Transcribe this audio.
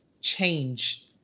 change